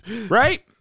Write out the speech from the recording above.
Right